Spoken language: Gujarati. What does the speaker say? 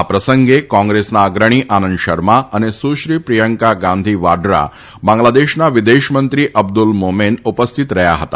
આ પ્રસંગે કોંગ્રેસના અગ્રણી આનંદ શર્મા અને સુશ્રી પ્રિયંકા ગાંધી વાડ્રા બાંગ્લાદેશના વિદેશમંત્રી અબ્દુલ મોમેન ઉપસ્થિત રહ્યા હતા